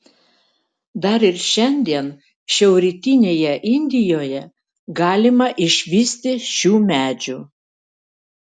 dar ir šiandien šiaurrytinėje indijoje galima išvysti šių medžių